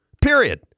period